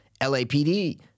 LAPD